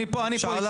אני פה אתך.